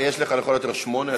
יש לך לכל היותר שמונה דקות.